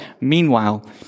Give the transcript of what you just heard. meanwhile